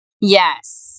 Yes